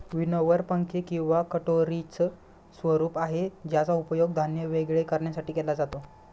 winnower पंखे किंवा कटोरीच स्वरूप आहे ज्याचा उपयोग धान्य वेगळे करण्यासाठी केला जातो